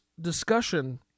discussion